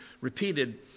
repeated